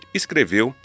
escreveu